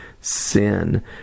sin